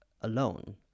alone